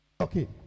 Okay